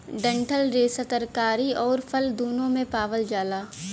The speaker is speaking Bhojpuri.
डंठल रेसा तरकारी आउर फल दून्नो में पावल जाला